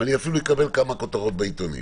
ואני אפילו אקבל כמה כותרות בעיתונים.